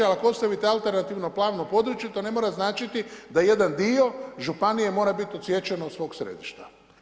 Ali ako ostavite alternativno plavno područje, to ne mora značiti da jedan dio županije mora biti odsječen od svog središta.